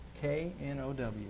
K-N-O-W